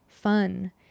fun